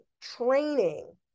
training